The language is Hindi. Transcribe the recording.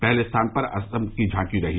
पहले स्थान पर असम की झांकी रही